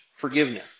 forgiveness